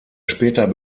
später